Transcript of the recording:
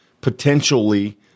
potentially